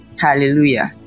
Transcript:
hallelujah